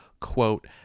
Quote